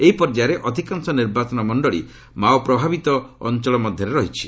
ଏହି ପର୍ଯ୍ୟାୟରେ ଅଧିକାଂଶ ନିର୍ବାଚନ ମଣ୍ଡଳି ମାଓ ପ୍ରଭାବିତ ଅଞ୍ଚଳ ମଧ୍ୟରେ ରହିଛି